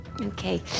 okay